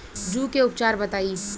जूं के उपचार बताई?